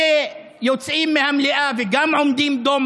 אלה יוצאים מהמליאה וגם עומדים דום,